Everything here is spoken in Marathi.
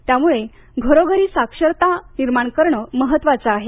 त्यामुळे घरोघरी आरोग्य साक्षरता निर्माण करणं महत्त्वाचं आहे